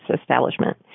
establishment